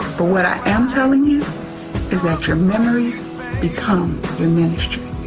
but what i am telling you is that your memories become the ministry.